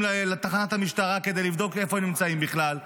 לתחנת המשטרה כדי לבדוק איפה הם נמצאים בכלל,